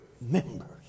members